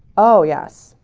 oh yes,